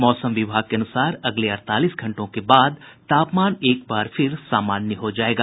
मौसम विभाग के अनुसार अगले अड़तालीस घंटों के बाद तापमान एक बार फिर सामान्य हो जायेगा